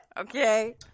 Okay